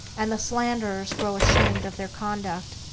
and the slanderers grow ashamed of their conduct.